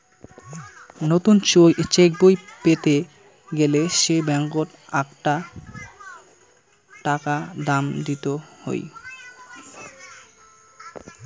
নতুন চেকবই পেতে গেলে সে ব্যাঙ্কত আকটা টাকা দাম দিত হই